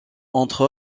entre